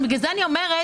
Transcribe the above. לכן אני אומרת